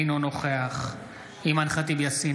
אינו נוכח אימאן ח'טיב יאסין,